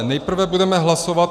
Nejprve budeme hlasovat